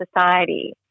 society